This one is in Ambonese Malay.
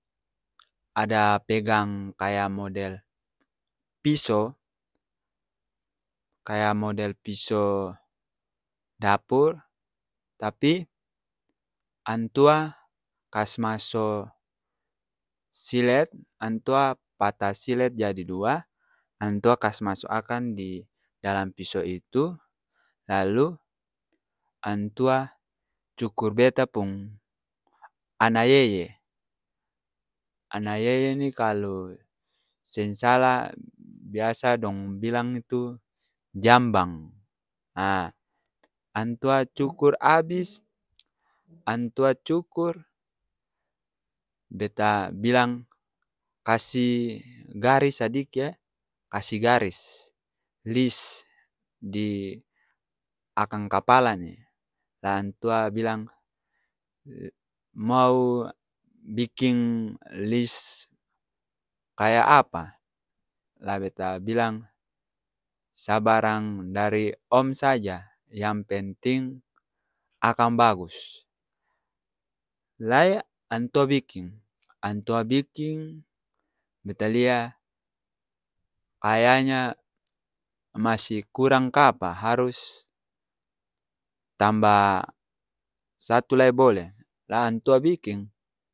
Ada pegang kaya model piso kaya model piso dapur, tapi antua kas maso silet antua pata silet jadi dua, antua kas maso akang di dalam piso itu, lalu antua cukur beta pung anayeye, anayeye ini kalo seng sala biasa dong bilang itu jambang aa antua cukur abis, antua cukur beta bilang kasi garis sadiki e, kasi garis lis di akang kapala ni, la antua bilang mau biking lis kaya aapa? La beta bilang sabarang dari om saaja yang penting akang bagus la e antua biking antua biking, beta lia kaya nya masih kurang kaapa, harus tamba satu lai bolee, la antua biking!.